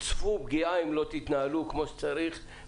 צפו פגיעה אם לא תתנהלו כמו שצריך,